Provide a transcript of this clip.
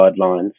guidelines